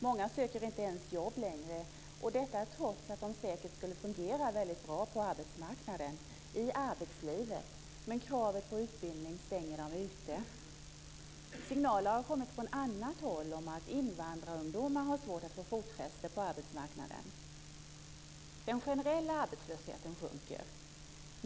Många söker inte ens jobb längre, detta trots att de säkert skulle fungera väldigt bra på arbetsmarknaden och i arbetslivet. Kravet på utbildning stänger dem ute. Signaler har kommit från annat håll om att invandrarungdomar har svårt att få fotfäste på arbetsmarknaden. Den generella arbetslösheten sjunker.